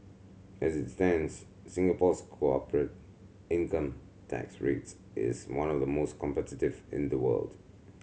as it stands Singapore's corporate income tax rates is one of the most competitive in the world